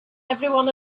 everyone